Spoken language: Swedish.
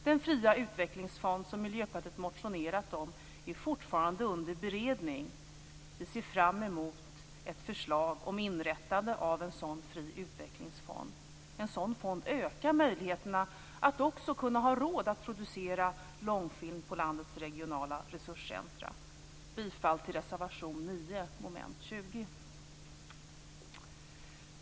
Den fria utvecklingsfond som Miljöpartiet motionerat om är fortfarande under beredning. Vi ser fram emot ett förslag om inrättande av en fri utvecklingsfond. En sådan fond ökar möjligheterna att också ha råd att producera långfilm på landets regionala resurscentrum. Jag yrkar bifall till reservation 9 under mom. 20.